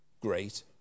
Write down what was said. great